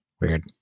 weird